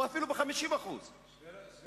או אפילו 50%. תושבי שדרות הם לא חפים מפשע?